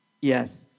Yes